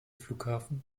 flughafen